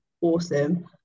awesome